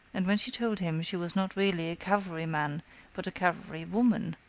and when she told him she was not really a cavalry man but a cavalry woman,